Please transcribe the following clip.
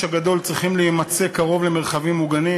הגדול צריכים להימצא קרוב למרחבים מוגנים,